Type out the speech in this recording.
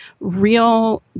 real